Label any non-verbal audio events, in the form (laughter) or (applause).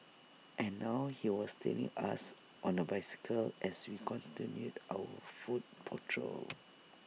and now he was tailing us on A bicycle as we continued our foot patrol (noise)